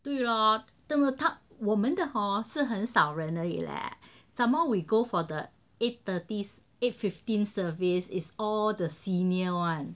对咯这么他我们的 hor 是很少人而已 leh some more we go for the eight thirty eight fifteen service is all the senior [one]